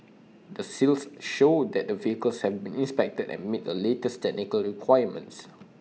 the seals show that the vehicles have been inspected and meet the latest technical requirements